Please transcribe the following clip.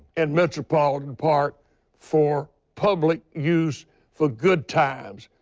and metropolitan park for public use for good times.